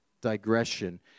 digression